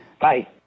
Bye